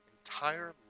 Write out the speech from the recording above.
Entire